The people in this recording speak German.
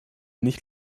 nicht